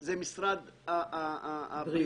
זה משרד הבריאות.